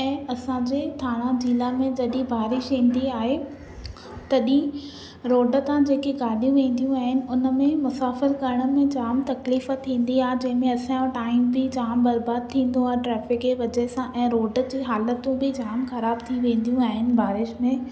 ऐं असांजे थाणा ज़िला में जॾहिं बारिश ईंदी आहे तॾहिं रोड था जेकी गाॾियूं वेंदियूं आहिनि हुन में मुसाफ़िर करण में जाम तकलीफ़ थींदी आहे जंहिं में असाजो टाइम बि जाम बर्बाद थींदो आहे ट्रैफिक ऐं वजह सां ऐं रोड जी हालतूं बि जाम ख़राबु थी वेंदियूं आहिनि बारिश में